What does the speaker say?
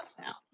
now